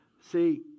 See